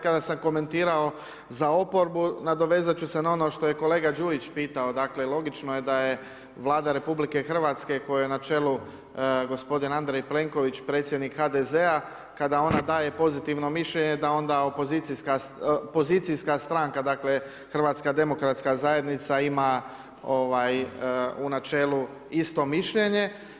Kada sam komentirao za oporbu, nadovezati ću se na ono što je kolega Đujić pitao, dakle, logično je da je Vlada RH, kojom je na čelu gospodin Andrej Plenković, predsjednik HDZ-a kada ona daje pozitivno mišljenje, da onda pozicijska stranka dakle, HDZ ima u načelu isto mišljenje.